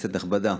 כנסת נכבדה,